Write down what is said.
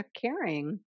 caring